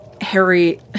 Harry